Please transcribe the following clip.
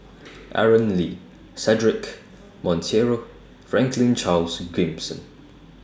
Aaron Lee Cedric Monteiro Franklin Charles Gimson